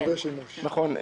נכון.